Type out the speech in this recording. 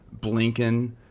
Blinken